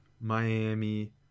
Miami